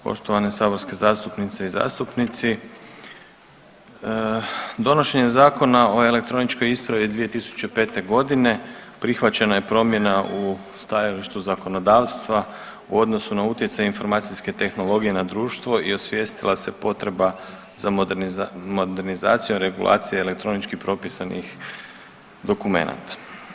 Poštovane saborske zastupnice i zastupnici, donošenjem Zakona o elektroničkoj ispravi 2005. godine prihvaćena je promjena u stajalištu zakonodavstva u odnosu na utjecaj informacijske tehnologije na društvo i osvijestila se potreba za modernizacijom regulacije elektronički propisanih dokumenata.